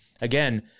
again